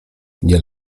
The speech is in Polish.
nie